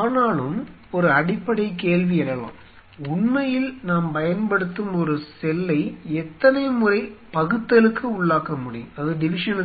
ஆனாலும் ஒரு அடிப்படை கேள்வி எழலாம் உண்மையில் நாம் பயன்படுத்தும் ஒரு செல்லை எத்தனை முறை பகுத்தலுக்கு உள்ளாக்க முடியும்